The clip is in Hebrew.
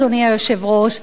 אדוני היושב-ראש,